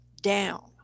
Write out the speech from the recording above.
down